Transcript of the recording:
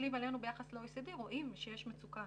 כשמסתכלים עלינו ביחס ל-OECD, רואים שיש מצוקה